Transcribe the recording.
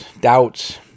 doubts